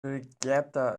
regatta